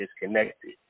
disconnected